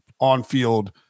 on-field